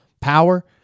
power